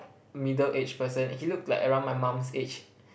middle age person he looked like around my mom's age